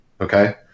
Okay